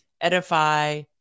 edify